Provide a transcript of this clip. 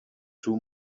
too